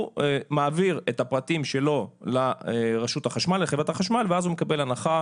הוא מעביר את הפרטים שלו לחברת החשמל ואז הוא מקבל הנחה,